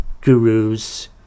gurus